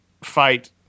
fight